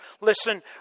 listen